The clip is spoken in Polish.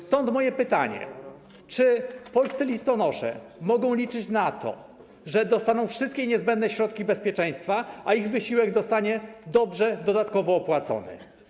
Stąd moje pytanie: Czy polscy listonosze mogą liczyć na to, że dostaną wszystkie niezbędne środki bezpieczeństwa, a ich wysiłek zostanie dobrze opłacony, dodatkowo opłacony?